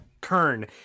Kern